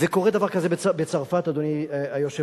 וקורה דבר כזה בצרפת, אדוני היושב-ראש,